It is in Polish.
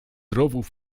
rowów